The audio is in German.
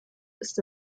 ist